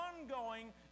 ongoing